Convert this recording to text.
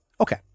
Okay